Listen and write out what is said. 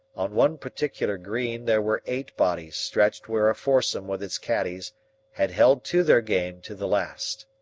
on one particular green there were eight bodies stretched where a foursome with its caddies had held to their game to the last.